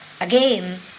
again